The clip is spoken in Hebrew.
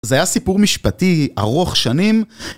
זה היה סיפור משפטי ארוך שנים